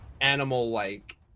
animal-like